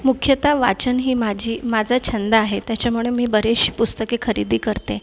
मुख्यतः वाचन ही माझी माझा छंद आहे त्याच्यामुळे मी बरेचशी पुस्तके खरेदी करते